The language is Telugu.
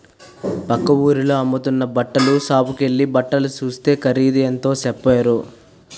పక్క వూరిలో అమ్ముతున్న బట్టల సాపుకెల్లి బట్టలు సూస్తే ఖరీదు ఎంత సెప్పారో